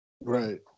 Right